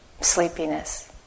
sleepiness